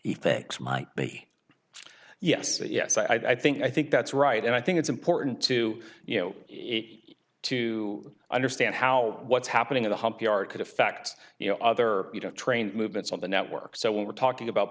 effects might be yes but yes i think i think that's right and i think it's important to you know to understand how what's happening in the hump yard could affect you know other you know train movements on the network so when we're talking about